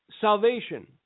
Salvation